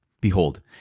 behold